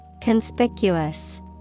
Conspicuous